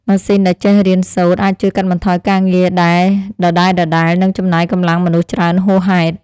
ម៉ាស៊ីនដែលចេះរៀនសូត្រអាចជួយកាត់បន្ថយការងារដែលដដែលៗ និងចំណាយកម្លាំងមនុស្សច្រើនហួសហេតុ។